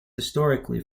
historically